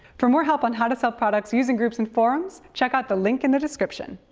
for more help on how to sell products using groups and forums, check out the link in the description!